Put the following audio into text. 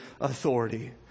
authority